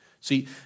See